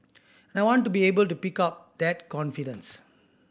and I want to be able to pick up that confidence